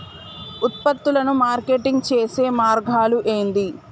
ఉత్పత్తులను మార్కెటింగ్ చేసే మార్గాలు ఏంది?